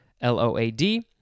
L-O-A-D